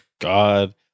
God